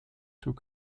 tout